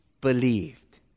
believed